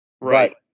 Right